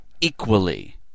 equally